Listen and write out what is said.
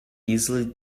easily